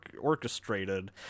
orchestrated